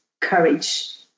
courage